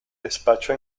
despacho